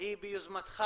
היא ביוזמתך.